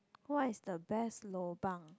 what is the best lobang